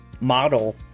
Model